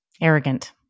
Arrogant